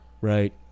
Right